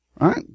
right